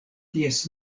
ties